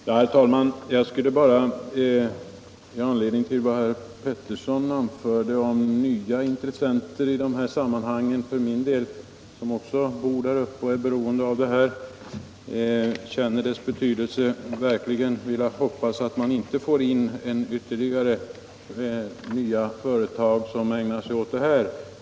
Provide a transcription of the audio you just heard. Herr talman! Med anledning av vad herr Petersson i Gäddvik sade om nya intressenter hoppas jag, som också bor där uppe och inser flygets betydelse, att vi verkligen inte får in ytterligare företag som ägnar sig åt denna verksamhet.